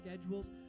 schedules